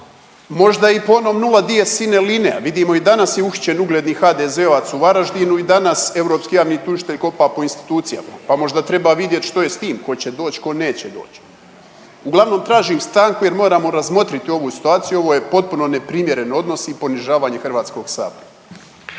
možda i po onom nulla dies sine linea, vidimo i danas je uhićen ugledni HDZ-ovac i Varaždinu i danas europski javni tužitelj kopa po institucijama pa možda treba vidjet što je s tim, tko će doći, tko neće doći. Uglavnom tražim stanku jer moramo razmotriti ovu situaciju, ovo je potpuno neprimjeren odnos i ponižavanje Hrvatskog sabora.